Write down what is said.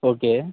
okay